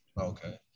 Okay